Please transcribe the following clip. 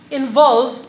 involve